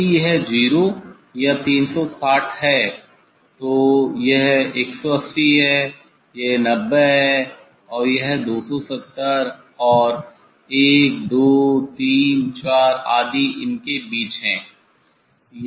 यदि यह 0 या 360 है तो यह 180 है यह 90 है और यह 270 और 1 2 3 4 आदि इनके के बीच है